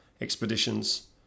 expeditions